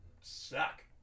suck